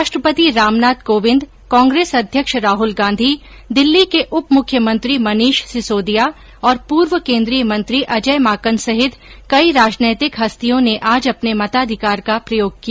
राष्ट्रपति रामनाथ कोविन्द कांग्रेस अध्यक्ष राहल गांधी दिल्ली के उप मुख्यमंत्री मनीष सिसोदिया और पूर्व केन्द्रीय मंत्री अजय माकन सहित कई राजनैतिक हस्तियों ने आज अपने मताधिकार का प्रयोग किया